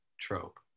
trope